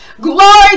Glory